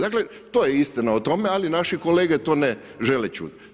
Dakle to je istina o tome, ali naše kolege to ne žele čuti.